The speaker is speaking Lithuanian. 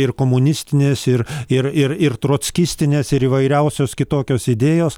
ir komunistinės ir ir ir trockistinės ir įvairiausios kitokios idėjos